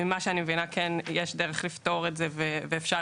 ממה שאני מבינה יש דרך לפתור את זה ויהיה אפשר